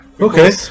Okay